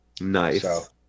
Nice